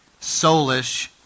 soulish